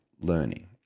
learning